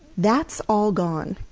that's all gone.